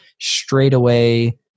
straightaway